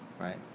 right